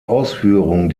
ausführung